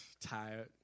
Tired